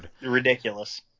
ridiculous